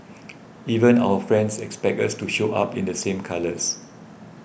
even our friends expect us to show up in the same colours